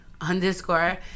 underscore